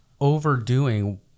overdoing